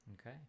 Okay